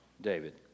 David